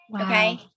Okay